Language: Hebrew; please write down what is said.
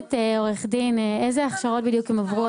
מבקשת עורך הדין, איזה הכשרות בדיוק הם עברו?